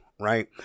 Right